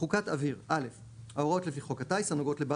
חוקת אוויר - ההוראות לפי חוק הטיס הנוגעות לבעל